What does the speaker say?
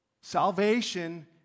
Salvation